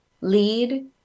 lead